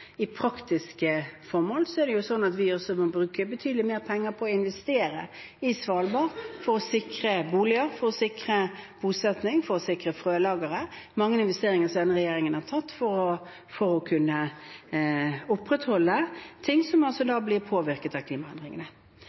praktiske formål er det jo slik at vi også må bruke betydelig mer penger på å investere i Svalbard for å sikre boliger, for å sikre bosetting, for å sikre frølageret – mange investeringer som denne regjeringen har tatt for å kunne opprettholde ting som blir påvirket av klimaendringene.